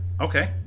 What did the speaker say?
Okay